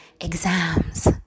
exams